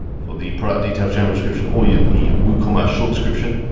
for the product details general description or use the woocommerce short description.